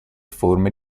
forme